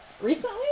Recently